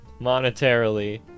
monetarily